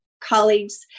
colleagues